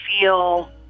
feel